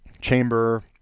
chamber